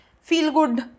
feel-good